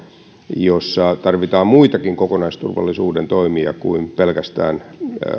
jossa tarvitaan muitakin kokonaisturvallisuuden toimia kuin pelkästään